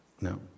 No